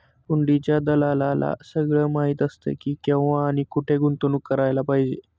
हुंडीच्या दलालाला सगळं माहीत असतं की, केव्हा आणि कुठे गुंतवणूक करायला पाहिजे